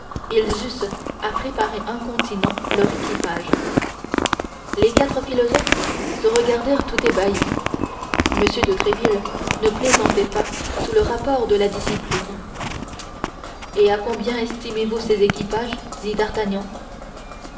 ils eussent à préparer incontinent leurs équipages les quatre philosophes se regardèrent tout ébahis m de tréville ne plaisantait pas sous le rapport de la discipline et à combien estimez-vous ces équipages dit